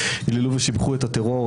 הללו ושבחו את הטרור.